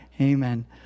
Amen